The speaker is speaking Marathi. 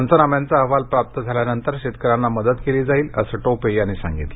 पंचनाम्यांचा अहवाल प्राप्त झाल्यानंतर शेतकऱ्यांना मदत केली जाईल असं टोपे यांनी यावेळी सांगितलं